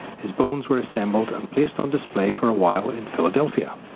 his bones were assembled and placed on display for a while in philadelphia.